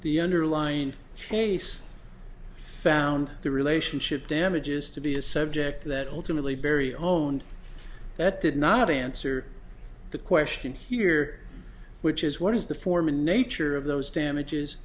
the underlying case found the relationship damages to be a subject that ultimately very own that did not answer the question here which is what is the form in nature of those damages